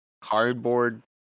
cardboard